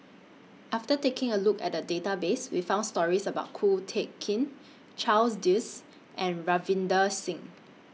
after taking A Look At The Database We found stories about Ko Teck Kin Charles Dyce and Ravinder Singh